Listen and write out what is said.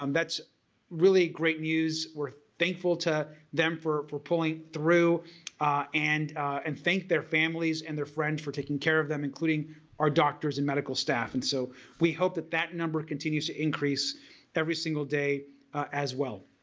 um that's really great news. we're thankful to them for for pulling through and and thank their families and their friends for taking care of them including our doctors and medical staff and so we hope that that number continues to increase every single day as well.